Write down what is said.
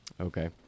Okay